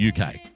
UK